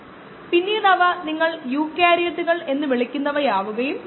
പിന്നെ വൃത്തിയുള്ള സ്ലേറ്റിന്റെ ആവശ്യകത യും ഉണ്ട്